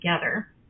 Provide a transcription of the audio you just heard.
together